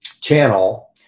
channel